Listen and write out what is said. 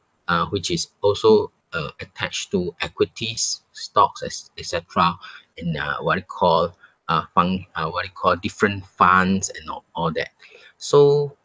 uh which is also uh attached to equities stocks et c~ et cetera and uh what you call uh fund uh what do you call different funds and o~ all that so